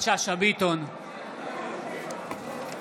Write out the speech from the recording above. אינה נוכחת אלון